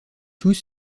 tous